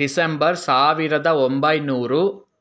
December ಸಾವಿರದಒಂಬೈನೂರ